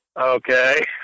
okay